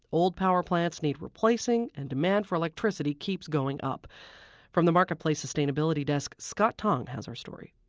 old power plants need replacing and demand for electricity keeps going up from the marketplace sustainability desk, scott tong has our story